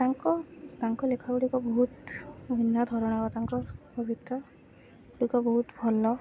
ତାଙ୍କ ତାଙ୍କ ଲେଖା ଗୁଡ଼ିକ ବହୁତ ଭିନ୍ନ ଧରଣର ତାଙ୍କ ପବିତ୍ର ଗୁଡ଼ିକ ବହୁତ ଭଲ